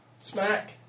Smack